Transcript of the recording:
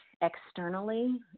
externally